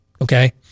okay